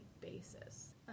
basis